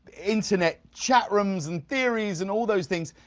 internet, chat rooms and theories and all those things.